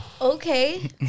Okay